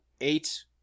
eight